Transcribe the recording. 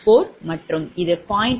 4 மற்றும் இது 0